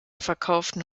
verkauften